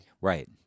Right